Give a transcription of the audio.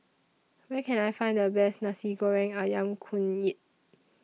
Where Can I Find The Best Nasi Goreng Ayam Kunyit